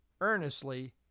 earnestly